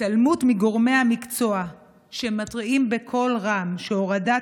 ההתעלמות מגורמי המקצוע שמתריעים בקול רם שהורדת